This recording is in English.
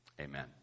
Amen